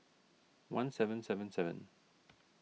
one seven seven sevenn